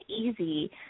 easy